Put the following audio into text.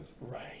Right